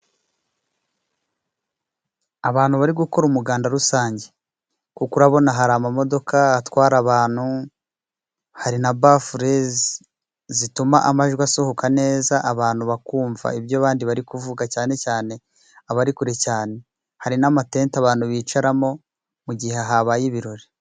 Abantu bari gukora umuganda rusange. Kuko urabona hari amamodoka atwara abantu, hari na bafure zituma amajwi asohoka neza, abantu bakumva ibyo abandi bari kuvuga, cyane cyane abari kure cyane. Hari n'amatente abantu bicaramo mu gihe habaye ibirori.